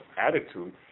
attitude